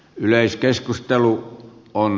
yleiskeskustelu on